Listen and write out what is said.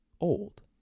old